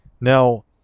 Now